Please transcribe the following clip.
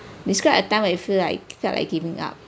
describe a time when you feel like felt like giving up